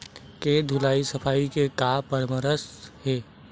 के धुलाई सफाई के का परामर्श हे?